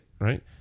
right